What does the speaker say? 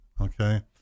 okay